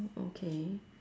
okay